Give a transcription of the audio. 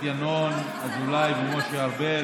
כדי שלא תיחשף עוד יותר הצביעות שלה לעיני כול?